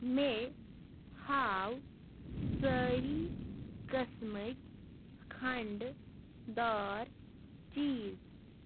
مے ہاو سٲری قٕسمٕکۍ کھَنٛڈٕ دار چیٖز